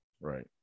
right